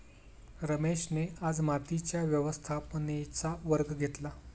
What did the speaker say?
रमेशने आज मातीच्या व्यवस्थापनेचा वर्ग घेतला